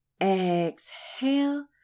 Exhale